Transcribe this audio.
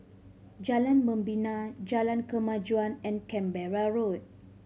Jalan Membina Jalan Kemajuan and Canberra Road